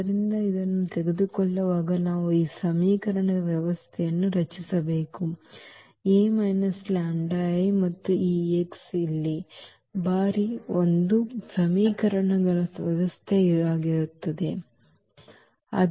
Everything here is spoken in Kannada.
ಆದ್ದರಿಂದ ಇದನ್ನು ತೆಗೆದುಕೊಳ್ಳುವಾಗ ನಾವು ಈಗ ಸಮೀಕರಣದ ವ್ಯವಸ್ಥೆಯನ್ನು ರಚಿಸಬೇಕು A λI ಮತ್ತು ಈ x ಇಲ್ಲಿ ಬಾರಿ ಅದು ಸಮೀಕರಣಗಳ ವ್ಯವಸ್ಥೆಯಾಗಿರುತ್ತದೆ